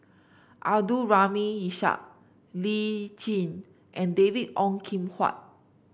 Abdul Rahim Ishak Lee Tjin and David Ong Kim Huat